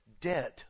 dead